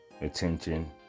attention